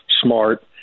smart